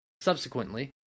subsequently